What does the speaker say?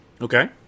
okay